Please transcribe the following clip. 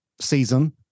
season